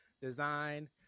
design